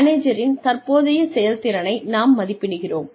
மேனேஜரின் தற்போதைய செயல்திறனை நாம் மதிப்பிடுகிறோம்